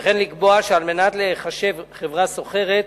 וכן לקבוע שעל מנת להיחשב חברה סוחרת,